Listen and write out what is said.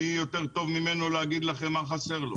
מי יותר ממנו להגיד לכם מה חסר לו.